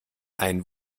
ein